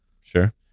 sure